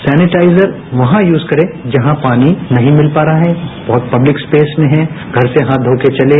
sanitiser वहां use करें जहां पानी नहीं मिल पा रहा है बहुत पब्लिक स्पेस में हैं घर से हाथ धोकर चलें